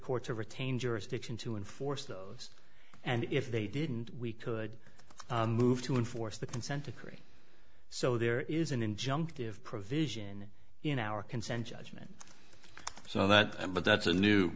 court to retain jurisdiction to enforce those and if they didn't we could move to enforce the consent decree so there is an injunctive provision in our consent judgment so that but that's a new